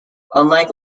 unlike